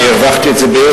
אני הרווחתי את זה ביושר.